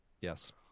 yes